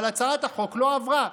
אבל הצעת החוק לא עברה.